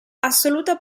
assoluta